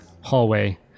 hallway